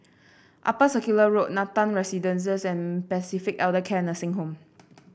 Upper Circular Road Nathan Residences and Pacific Elder Care Nursing Home